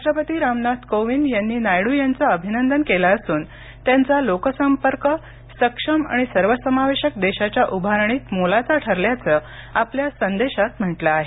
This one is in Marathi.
राष्ट्रपती रामनाथ कोविंद यांनी नायडू यांचं अभिनंदन केलं असून त्यांचा लोकसंपर्क सक्षम आणि सर्वसमावेशक देशाच्या उभारणीत मोलाचा ठरल्याचं आपल्या संदेशात म्हटलं आहे